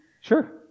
Sure